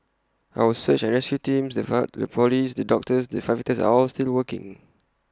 our search and rescue teams the Police doctors the firefighters are all still working